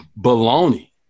baloney